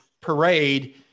parade